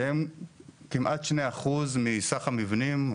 שהם כמעט 2% מסך המבנים,